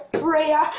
prayer